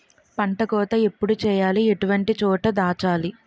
పంట కోత ఎప్పుడు చేయాలి? ఎటువంటి చోట దాచాలి?